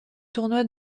tournoi